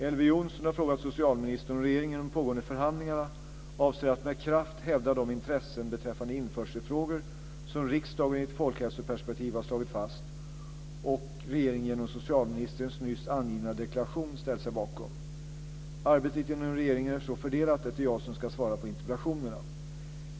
Elver Jonsson har frågat socialministern om regeringen i de pågående förhandlingarna avser att med kraft hävda de intressen beträffande införselfrågor som riksdagen i ett folkhälsoperspektiv har slagit fast och regeringen genom socialministerns nyss angivna deklaration ställt sig bakom. Arbetet inom regeringen är så fördelat att det är jag som ska svara på interpellationerna.